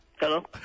Hello